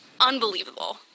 Unbelievable